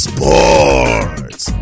Sports